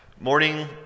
morning